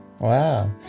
Wow